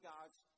God's